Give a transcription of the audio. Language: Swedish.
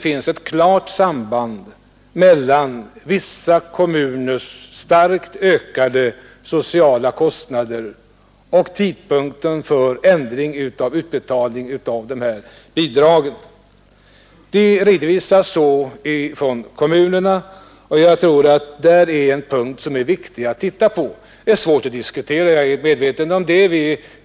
finns ett klart samband mellan vissa kommuners starkt ökade sociala kostnader och tidpunkten för den ändrade utbetalningen av dessa bidrag. Det redovisas så i kommunerna och jag tror det är en punkt som det är viktigt att titta på. Det är svårt att diskutera enskilda fall; jag är medveten om det.